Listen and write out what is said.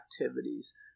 activities